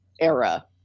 era